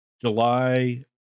July